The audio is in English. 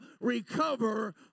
recover